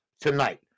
tonight